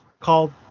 called